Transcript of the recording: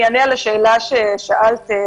אענה על השאלה ששאלת,